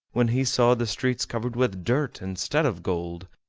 when he saw the streets covered with dirt instead of gold,